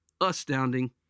Astounding